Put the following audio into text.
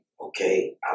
okay